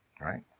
right